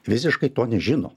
visiškai to nežino